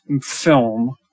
film